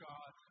God